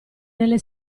nelle